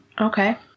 Okay